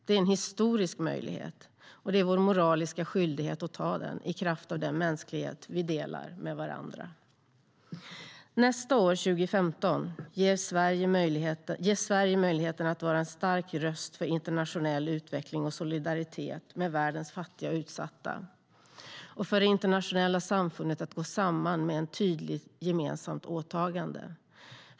Det är en historisk möjlighet, och det är vår moraliska skyldighet att ta vara på den i kraft av den mänsklighet vi delar med varandra. Nästa år, 2015, ges Sverige möjlighet att vara en stark röst för internationell utveckling och solidaritet med världens fattiga och utsatta samtidigt som det internationella samfundet ges möjlighet att gå samman med ett tydligt gemensamt åtagande.